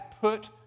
put